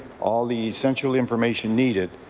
all the essential information needed,